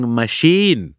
machine